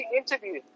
interview